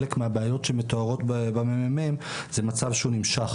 חלק מהבעיות המתוארות הן מצב שנמשך.